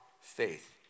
faith